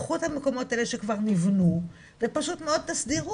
קחו את המקומות האלה שכבר נבנו ופשוט מאוד תסדירו